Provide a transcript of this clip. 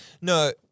No